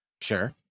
Sure